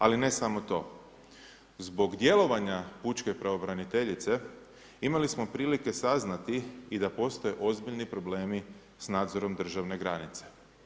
Ali, ne samo to, zbog djelovanja pučke pravobraniteljice, imali smo prilike saznati da postoje ozbiljni problemi s nadzorom državne granice.